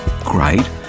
Great